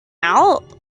out